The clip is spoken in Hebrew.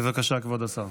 בבקשה, כבוד השר.